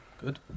good